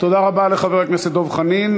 תודה רבה לחבר הכנסת דב חנין.